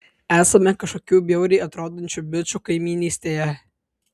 esame kažkokių bjauriai atrodančių bičų kaimynystėje